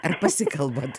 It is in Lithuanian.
ar pasikalbat